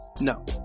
No